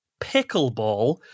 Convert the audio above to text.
pickleball